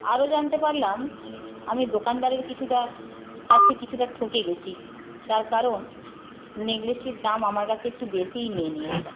আরও জানতে পারলাম আমি দোকানদারের কিছুটা কাছে কিছুটা ঠকে গেছি তার কারণ নেকলেসটির দাম আমার কাছে একটু বেশিই নিয়ে নিয়েছে